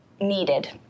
needed